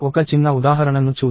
ఒక చిన్న ఉదాహరణ ను చూద్దాం